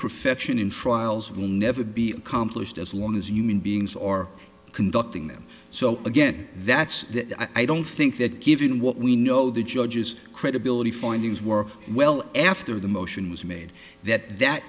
perfection in trials will never be accomplished as long as human beings or conducting them so again that's that i don't think that given what we know the judges credibility findings were well after the motion was made that that